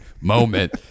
moment